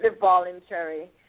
voluntary